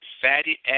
fatty